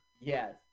Yes